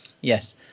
Yes